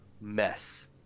mess